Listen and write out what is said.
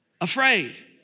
afraid